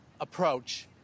approach